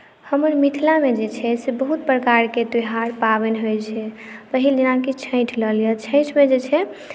हमर मिथिलामे जे छै से बहुत प्रकारके त्यौहार पाबनि होइत छै पहिल जेनाकि छठि लऽ लिअ छठिमे जे छै